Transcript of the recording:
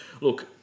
look